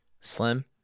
Slim